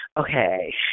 Okay